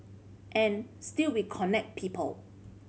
and still we connect people